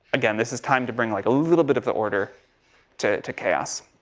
again, this is time to bring, like, a little bit of the order to, to chaos.